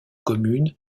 communes